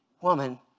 woman